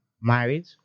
married